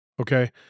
Okay